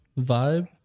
vibe